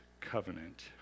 covenant